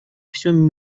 всем